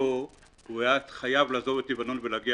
חשיפתו הוא היה חייב לעזוב את לבנון ולהגיע